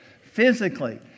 Physically